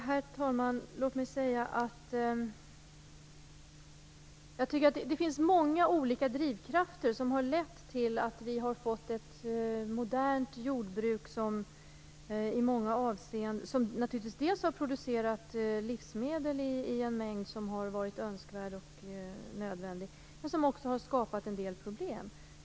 Herr talman! Det finns många olika drivkrafter som har lett till att vi har fått ett modernt jordbruk. Detta jordbruk har naturligtvis producerat livsmedel i en mängd som varit önskvärd och nödvändig, men det har också skapat en del problem.